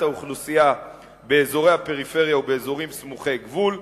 האוכלוסייה באזורי הפריפריה ובאזורים סמוכי גבול,